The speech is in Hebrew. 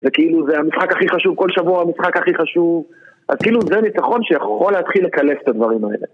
וכאילו זה המשחק הכי חשוב, כל שבוע המשחק הכי חשוב אז כאילו זה נצחון שיכול להתחיל לקלף את הדברים האלה